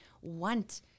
want